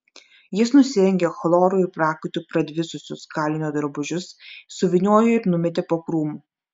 jis nusirengė chloru ir prakaitu pradvisusius kalinio drabužius suvyniojo ir numetė po krūmu